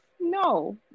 No